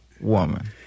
woman